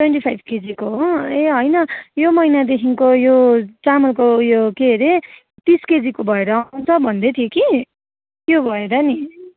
twenty five केजीको हो ए होइन यो महिनादेखिको यो चामलको उयो के अरे तिस केजीको भएर आउँछ भन्दैथ्यो कि त्यो भएर नि